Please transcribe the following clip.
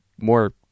more